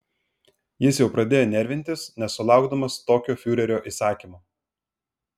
jis jau pradėjo nervintis nesulaukdamas tokio fiurerio įsakymo